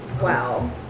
wow